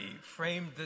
framed